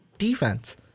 defense